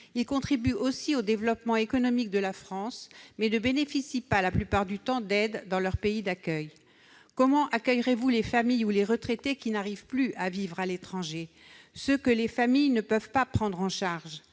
Ils contribuent aussi au développement économique de la France, mais ne bénéficient pas, la plupart du temps, d'aides dans leur pays d'accueil. Comment le Gouvernement accueillera-t-il les familles ou les retraités qui n'arrivent plus à vivre à l'étranger, ceux que les familles ne peuvent pas prendre en charge